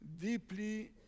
Deeply